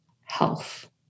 health